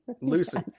Lucy